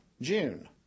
June